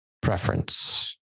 preference